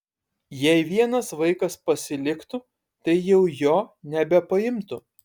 jei vienas vaikas pasiliktų tai jau jo nebepaimtų